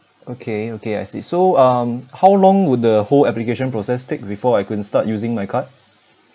okay okay I see so um how long would the whole application process take before I can start using my card